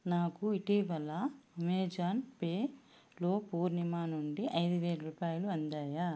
నాకు ఇటీవల అమెజాన్ పేలో పూర్ణిమ నుండి ఐదు వేల రూపాయలు అందాయా